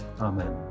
Amen